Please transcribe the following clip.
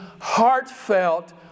heartfelt